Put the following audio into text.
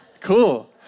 cool